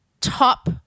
top